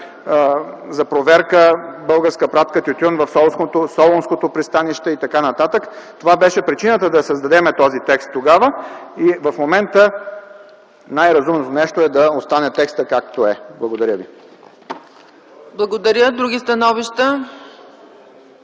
за проверка българска пратка тютюн в Солунското пристанище и т.н. Това беше причината да създадем този текст тогава. В момента най-разумното нещо е да остане текстът, както е. Благодаря ви. ПРЕДСЕДАТЕЛ ЦЕЦКА